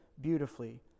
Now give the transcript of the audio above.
beautifully